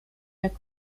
jak